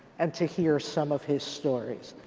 and to hear some of his stories.